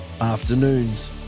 Afternoons